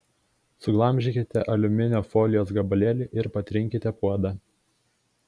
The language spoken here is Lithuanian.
suglamžykite aliuminio folijos gabalėlį ir patrinkite puodą